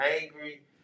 angry